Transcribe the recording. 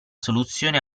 soluzione